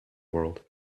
world